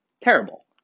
terrible